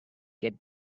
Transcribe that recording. get